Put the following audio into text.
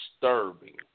disturbing